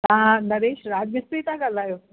तव्हां नरेश राज मिस्त्री था ॻाल्हायो